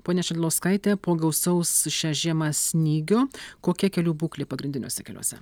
ponia šidlauskaite po gausaus šią žiemą snygio kokia kelių būklė pagrindiniuose keliuose